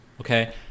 Okay